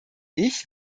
ich